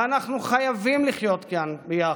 ואנחנו חייבים לחיות כאן ביחד,